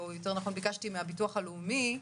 או יותר נכון ביקשתי מהביטוח הלאומי,